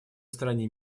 стране